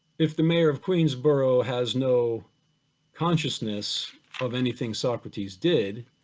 if the mayor of queensboro has no consciousness of anything socrates did,